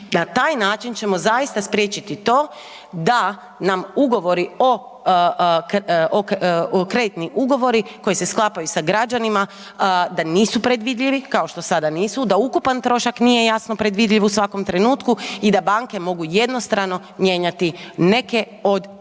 Na taj način ćemo zaista spriječiti to da nam kreditni ugovori koji se sklapaju sa građanima, da nisu predvidljivi kao što sada nisu, da ukupan trošak nije jasno predvidljiv u svakom trenutku i da banke mogu jednostrano mijenjati neke od bitnih